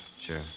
sure